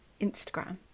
instagram